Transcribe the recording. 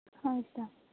ᱦᱳᱭᱛᱳ